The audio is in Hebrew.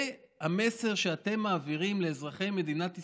זה המסר שאתם מעבירים לאזרחי מדינת ישראל?